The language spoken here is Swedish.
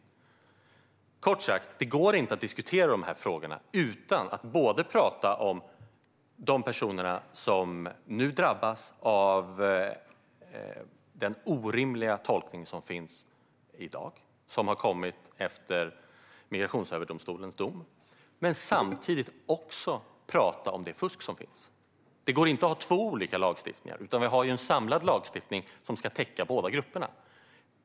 Kort sagt går det inte att diskutera de här frågorna utan att både prata om de personer som nu drabbas av den orimliga tolkning som görs i dag efter Migrationsöverdomstolens dom och att samtidigt prata om det fusk som förekommer. Det går inte att ha två olika lagstiftningar. Vi har ju en samlad lagstiftning som ska täcka båda grupperna.